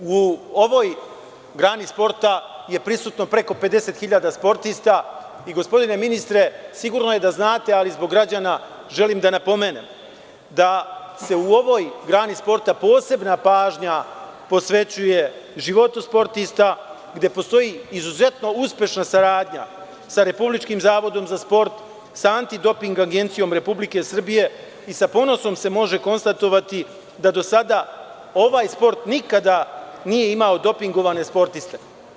U ovoj grani sporta je prisutno preko 50.000 sportista i gospodine ministre, sigurno je da znate, ali zbog građana želim da napomenem da se u ovoj grani sporta posebna pažnja posvećuje životu sportista, gde postoji izuzetno uspešna saradnja sa Republičkim zavodom za sport, sa Anti doping agencijom Republike Srbije i sa ponosom se može konstatovati da do sada ovaj sport nikada nije imao dopingovane sportiste.